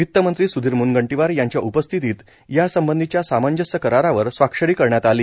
वित्तमंत्री स्धीर म्नगंटीवार यांच्या उपस्थितीत यासंबंधीच्या सामंजस्य करारावर स्वाक्षरी करण्यात आली